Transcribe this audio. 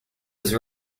his